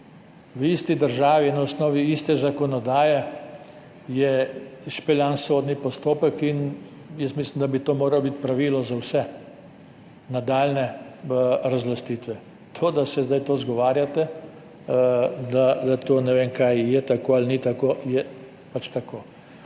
V isti državi je na osnovi iste zakonodaje speljan sodni postopek in jaz mislim, da bi to moralo biti pravilo za vse nadaljnje razlastitve. To, da se zdaj izgovarjate, da je to, ne vem, je tako ali ni tako. Pač je tako.